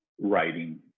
Writing